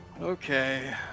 Okay